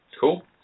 Cool